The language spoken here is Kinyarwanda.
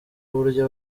uburyo